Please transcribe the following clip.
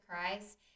Christ